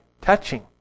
touching